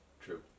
True